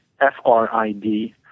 F-R-I-D